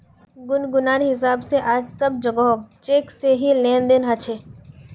गुनगुनेर हिसाब से आज सब जोगोह चेक से ही लेन देन ह छे